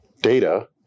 data